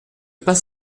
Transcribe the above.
pas